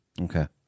Okay